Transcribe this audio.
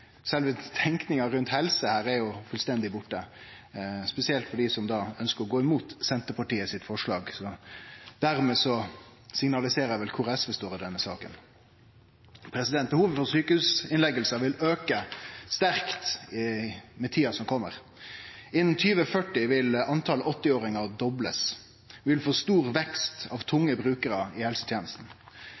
sjølve tenkinga rundt helse er fullstendig borte her, spesielt for dei som ønskjer å gå mot forslaget frå Senterpartiet. Dermed signaliserer eg vel kor SV står i denne saka. Behovet for sjukehusinnleggingar vil auke sterkt i tida som kjem. Innan 2040 vil talet på 80-åringar bli dobla. Vi vil få stor vekst i talet på tunge brukarar i